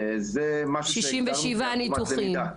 67 ניתוחים, שהגדרנו כעקומת למידה.